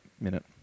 minute